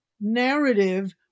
narrative